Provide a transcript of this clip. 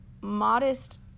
modest